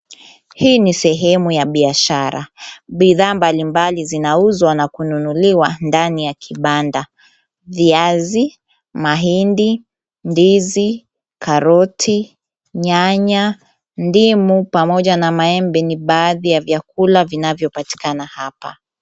Hii ni sehemu ya biashara. Bidhaa mbali mbali zinaunzwa na kunuuliwa ndaniya kibanda. Viazi, mahindi, ndizi, karoti, nyanya, ndimu pamoja na maembe ni baadhiya vyakula vinavyopatikana hapa.